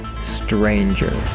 stranger